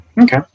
Okay